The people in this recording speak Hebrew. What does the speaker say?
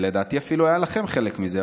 ולדעתי אפילו היה לכם חלק מזה.